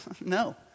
no